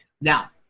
Now